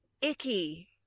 icky